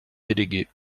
délégué